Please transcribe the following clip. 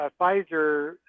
Pfizer